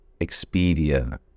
Expedia